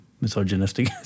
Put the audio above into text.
misogynistic